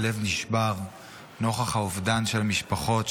הלב נשבר נוכח האובדן של המשפחות,